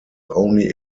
only